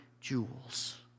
jewels